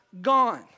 gone